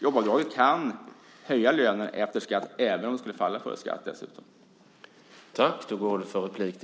Jobbavdraget kan höja lönen efter skatt även om den skulle falla före skatt.